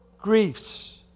griefs